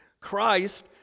Christ